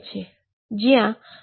જ્યાં α2mV0 E2 છે